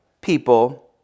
people